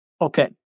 Okay